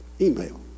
email